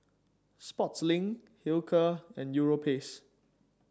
Sportslink Hilker and Europace